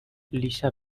lisa